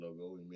logo